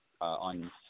on